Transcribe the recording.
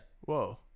Whoa